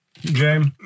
James